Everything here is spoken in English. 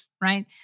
right